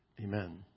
Amen